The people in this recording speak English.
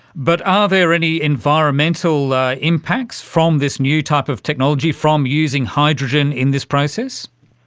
but are there any environmental like impacts from this new type of technology, from using hydrogen in this process?